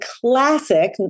classic